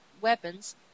weapons